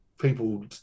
people